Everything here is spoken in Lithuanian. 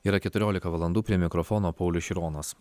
yra keturiolika valandų prie mikrofono paulius šironas